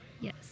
Yes